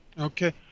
Okay